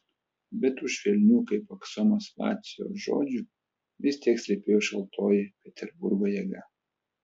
bet už švelnių kaip aksomas lacio žodžių vis tiek slypėjo šaltoji peterburgo jėga